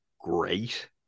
great